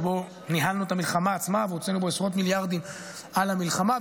שבו ניהלנו את המלחמה עצמה והוצאנו בו עשרות מיליארדים על המלחמה.